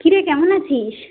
কিরে কেমন আছিস